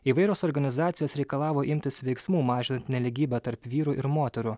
įvairios organizacijos reikalavo imtis veiksmų mažinant nelygybę tarp vyrų ir moterų